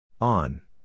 On